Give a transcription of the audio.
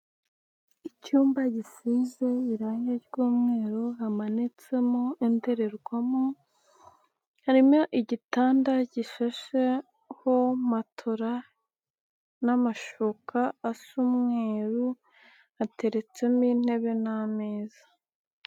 Icyumba gisize irange ry'umweru hamanitsemo indorerwamo harimo igitanda gifashe ho matora n'amashuka asa umweruru hateretsemo intebe n'ameza.